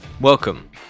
Welcome